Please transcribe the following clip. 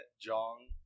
Jong